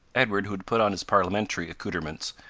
edward, who had put on his parliamentary accouterments,